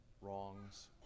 wrongs